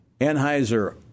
anheuser